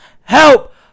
Help